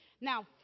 Now